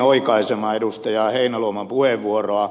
heinäluoman puheenvuoroa